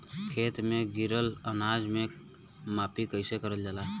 खेत में गिरल अनाज के माफ़ी कईसे करल जाला?